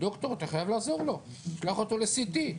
דוקטור אתה חייב לעזור לו, שלח אותו לסי.טי.